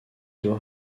doit